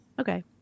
Okay